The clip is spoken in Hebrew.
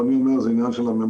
אבל אני אומר זה עניין של הממשלה,